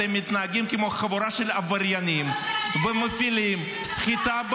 אתם מתנהגים כמו חבורה של עבריינים ומפעילים סחיטה באיומים.